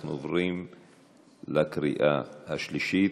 אנחנו עוברים לקריאה השלישית.